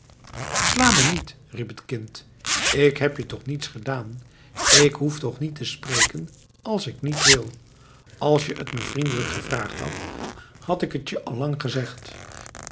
sla me niet riep het kind k heb je toch niets gedaan ik hoef toch niet te spreken als ik niet wil als je t me vriendelijk gevraagd hadt had ik het je al lang gezegd